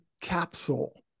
Capsule